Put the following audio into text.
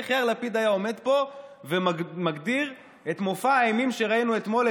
איך יאיר לפיד היה עומד פה ומגדיר את מופע האימים שראינו אתמול,